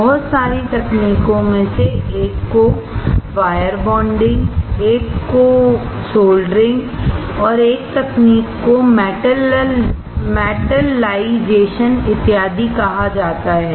बहुत सारी तकनीकों में से एक को वायर बॉन्डिंग एक तकनीक को सोल्डरिंग एक तकनीक को मेटललाइजेशन इत्यादि कहा जाता है